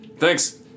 Thanks